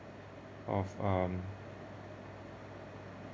of um